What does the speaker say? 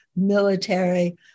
military